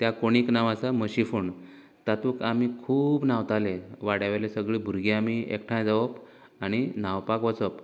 त्या कोंडीक नांव आसा म्हशीं फोंड तातूंत आमी खूब न्हांवताले वाड्यावयले सगळें भुरगें आमी एकठांय जावप आनी न्हांवपाक वचप